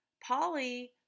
Polly